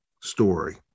story